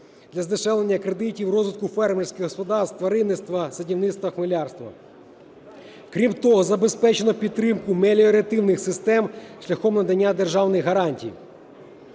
для здешевлення кредитів розвитку фермерських господарств тваринництва, садівництва, хмелярства. Крім того, забезпечено підтримку меліоративних систем шляхом надання державних гарантій.